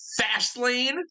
Fastlane